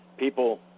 People